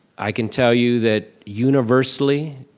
i can tell you that universally,